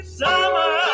summer